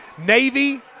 Navy